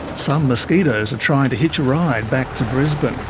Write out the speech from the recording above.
some mosquitoes are trying to hitch a ride back to brisbane.